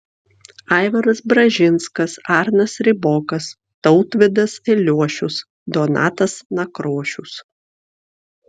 aivaras bražinskas arnas ribokas tautvydas eliošius donatas nakrošius